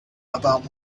about